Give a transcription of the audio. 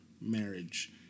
marriage